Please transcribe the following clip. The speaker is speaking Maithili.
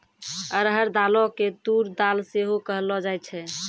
अरहर दालो के तूर दाल सेहो कहलो जाय छै